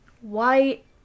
white